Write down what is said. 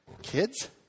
kids